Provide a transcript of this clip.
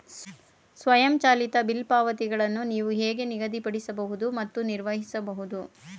ಸ್ವಯಂಚಾಲಿತ ಬಿಲ್ ಪಾವತಿಗಳನ್ನು ನೀವು ಹೇಗೆ ನಿಗದಿಪಡಿಸಬಹುದು ಮತ್ತು ನಿರ್ವಹಿಸಬಹುದು?